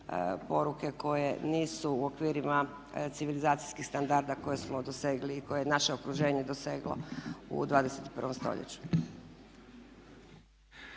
poruke koje nisu u okvirima civilizacijskih standarda koje smo dosegli i koje je naše okruženje doseglo u 21. stoljeću.